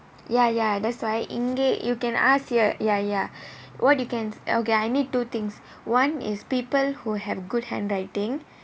ya ya that's why இங்கே:ingae you can ask here ya ya what you can okay I need two things one is people who have good handwriting